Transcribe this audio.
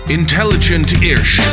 intelligent-ish